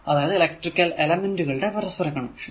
അതായതു electrical element കളുടെ പരസ്പര കണക്ഷൻ